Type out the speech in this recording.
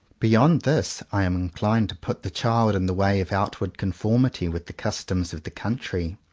beyond this, i am inclined to put the child in the way of outward conformity with the customs of the country.